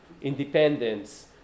independence